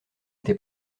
été